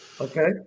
Okay